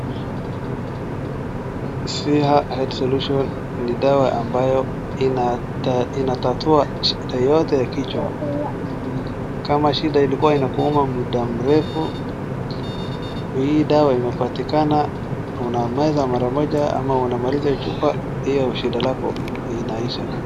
SIHA HEAD SOLUTION ni dawa ambayo inatatua shida yote ya kichwa, kama shida ilikuwa inakuuma muda mrefu, hii dawa imepatikana, unameza mara moja ama unamaliza hiyo chupa hiyo shida lako inaisha.